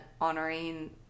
honoring